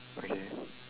okay